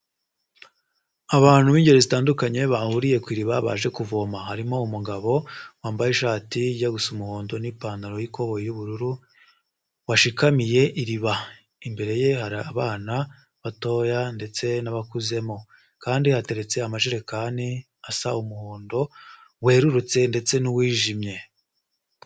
Abantu b'ingeri zitandukanye bahuriye ku iririba baje kuvoma, harimo umugabo wambaye ishati ijya gusa umuhondo n'ipantaro yikoboyi y'ubururu washikamiye iriba, imbere ye hari abana batoya ndetse n'abakuzemo, kandi hateretse amajerekani asa umuhondo wererutse ndetse n'uwijimye.